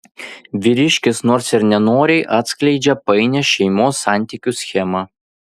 vyriškis nors ir nenoriai atskleidžia painią šeimos santykių schemą